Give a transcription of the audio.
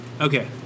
Okay